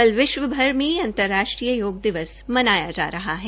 कल विश्व भर में अंतर्राष्ट्रीय योग दिवस मनाया जा रहा है